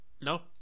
no